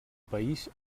país